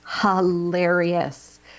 hilarious